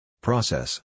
Process